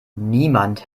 niemand